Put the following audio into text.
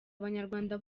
abanyarwanda